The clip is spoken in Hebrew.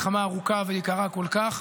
על האתגר שיש בניהול מלחמה ארוכה ויקרה כל כך,